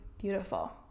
beautiful